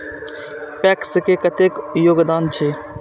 PACS के कतेक योगदान छै?